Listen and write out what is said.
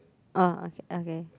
ah okay okay